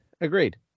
Agreed